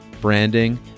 branding